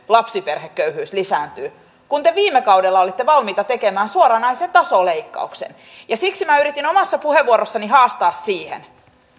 lapsiperheköyhyys lisääntyy kun te viime kaudella olitte valmiita tekemään suoranaisen taso leikkauksen siksi minä yritin omassa puheenvuorossani haastaa siihen